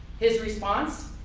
his response?